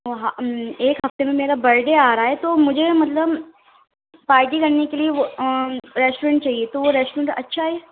ہاں ایک ہفتے میں میرا برڈے آ رہا ہے تو مجھے مطلب پارٹی کرنے کے لیے ریسٹورینٹ چاہیے تو وہ ریسٹورنٹ اچھا ہے